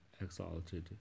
exalted